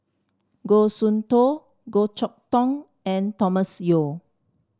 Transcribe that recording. Goh Soon Tioe Goh Chok Tong and Thomas Yeo